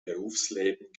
berufsleben